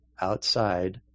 outside